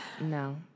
No